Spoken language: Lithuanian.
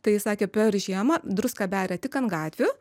tai sakė per žiemą druską beria tik ant gatvių